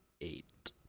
eight